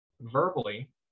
verbally